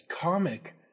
comic